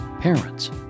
parents